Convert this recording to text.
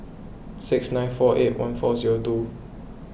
six nine four eight one four zero two